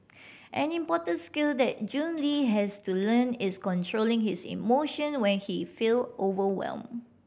an important skill that Jun Le has to learn is controlling his emotion when he feel overwhelm